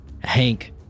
hank